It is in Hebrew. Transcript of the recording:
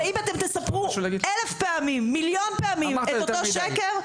וגם אם תספרו 1,000 או מיליון פעמים את אותו שקר,